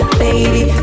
baby